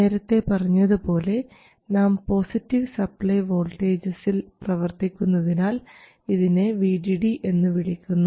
നേരത്തെ പറഞ്ഞത് പോലെ നാം പോസിറ്റീവ് സപ്ലൈ വോൾട്ടേജസിൽ പ്രവർത്തിക്കുന്നതിനാൽ ഇതിനെ VDD എന്ന് വിളിക്കുന്നു